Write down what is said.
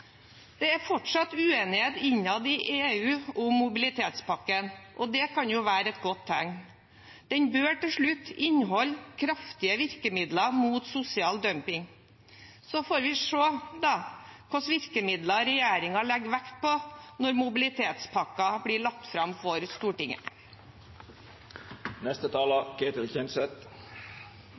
Det er fortsatt uenighet innad i EU om mobilitetspakken, og det kan jo være et godt tegn. Den bør til slutt inneholde kraftige virkemidler mot sosial dumping. Så får vi se hvilke virkemidler regjeringen legger vekt på når mobilitetspakken blir lagt fram for Stortinget.